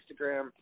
Instagram